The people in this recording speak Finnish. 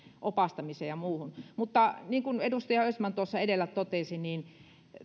opastamiseen ja muuhun mutta niin kuin edustaja östman tuossa edellä totesi